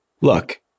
look